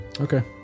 Okay